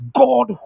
god